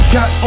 Got